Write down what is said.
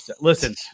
Listen